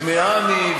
תמהני,